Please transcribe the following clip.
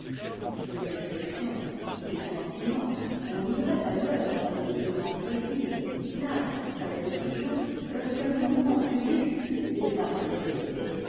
des réhexions des sentiments qu'on lirait ailleurs avec le plus grand plaisir lassent presque toujours lorsqu'un mouvement plus vif les a précédés